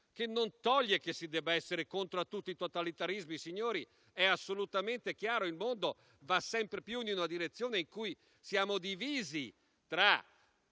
che non toglie che si debba essere contro tutti i totalitarismi. Signori, è assolutamente chiaro: il mondo va sempre più in una direzione in cui siamo divisi tra